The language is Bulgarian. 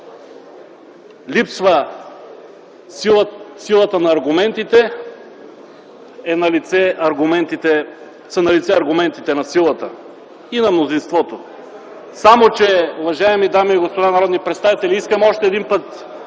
липсва силата на аргументите, са налице аргументите на силата и на мнозинството. Само че, уважаеми дами и господа народни представители, искам още един път